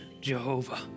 Jehovah